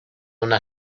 una